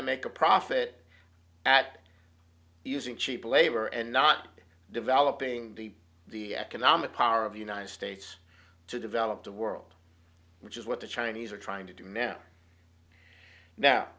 to make a profit at using cheap labor and not developing the economic power of the united states to develop the world which is what the chinese are trying to do now now